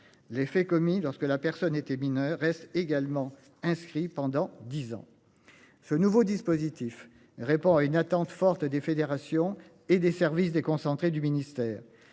Les faits commis lorsque la personne était mineur est également inscrit pendant 10 ans. Ce nouveau dispositif répond à une attente forte des fédérations et des services déconcentrés du ministère.